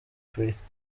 faith